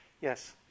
Yes